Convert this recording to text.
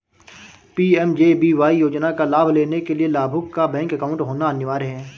PMJBY योजना का लाभ लेने के लिया लाभुक का बैंक अकाउंट होना अनिवार्य है